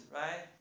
right